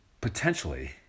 potentially